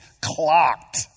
clocked